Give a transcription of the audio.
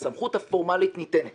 הסמכות הפורמלית ניתנת